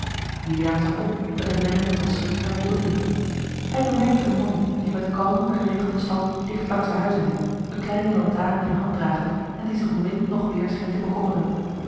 juliaan zag om met eene mengeling van schrik en voldoening hij bemerkte een man die met kalmen geregelden stap a l g bosboom-toussaint de delftsche wonderdokter eel dicht langs de huizen liep eene kleine lantaarn in de hand dragende en die zich om wind noch weêr scheen te bekommeren